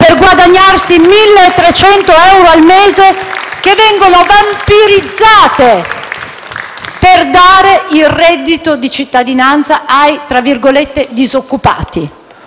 per guadagnarsi 1.300 euro al mese, che vengono vampirizzati per dare il reddito di cittadinanza ai "disoccupati".